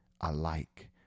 alike